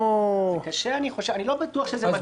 זה קשה, אני לא בטוח שזה מתאים באותה צורה.